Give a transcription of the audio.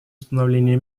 установления